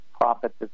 profit